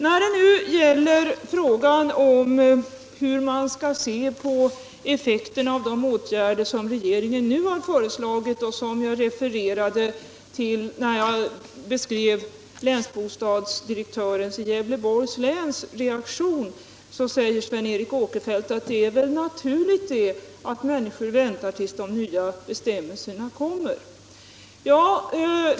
När det gäller frågan om hur man skall se på effekterna av de åtgärder som regeringen nu har föreslagit och som jag refererade till när jag beskrev länsbostadsdirektörens i Gävleborgs län reaktion säger Sven Eric Åkerfeldt att det är naturligt att människorna väntar tills de nya bestämmelserna kommer.